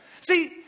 See